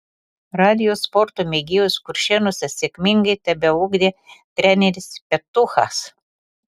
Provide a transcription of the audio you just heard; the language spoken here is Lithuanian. radijo sporto mėgėjus kuršėnuose sėkmingai tebeugdė treneris petuchas